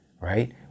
right